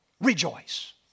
Rejoice